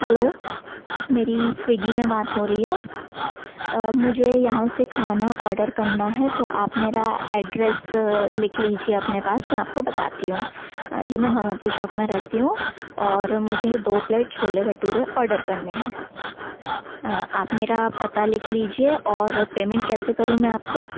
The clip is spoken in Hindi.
हेलो मेरी स्विग्गी में बात हो रही है मुझे यहाँ से खाना ऑर्डर करना है तो आप मेरा एड्रेस लिख लीजिए अपने पास मैं आपको बताती हूँ जी मैं घामापुर चौक में रहती हूँ और मुझे दो प्लेट छोले भटूरे ऑर्डर करने हैं आप मेरा पता लिख लीजिए और पेमेंट कैसे करूँ मैं आपको